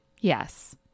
Yes